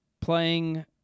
playing